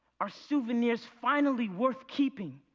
our souvenirs finally worth keeping.